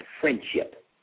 friendship